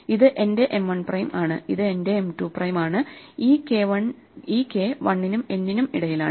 ഇത് എന്റെ M 1 prime ആണ് ഇത് എന്റെ M 2 പ്രൈമാണ് ഈ k 1 നും n നും ഇടയിലാണ്